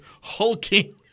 hulking